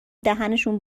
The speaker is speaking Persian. دهنشون